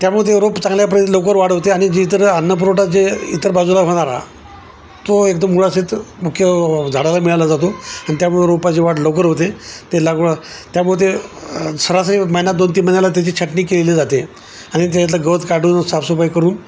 त्यामुळे ते रोप चांगल्यापर्यंत लवकर वाढ होते आणि जी इतर अन्नपुरवठा जे इतर बाजूला होणारा तो एकदम मुळासहित मुख्य झाडाला मिळाला जातो आणि त्यामुळे रोपाची वाढ लवकर होते ते लागवड त्यामुळे ते सरासरी महिन्यात दोन तीन महिन्याला त्याची छाटणी केलेली जाते आणि त्यातलं गवत काढून साफसफाई करून